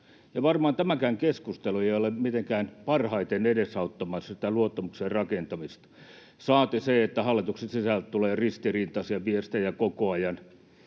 varmaan tämäkään keskustelu ei ole mitenkään parhaiten edesauttamassa sitä luottamuksen rakentamista, saati se, että hallituksen sisältä tulee ristiriitaisia viestejä koko ajan.